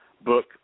book